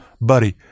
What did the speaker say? buddy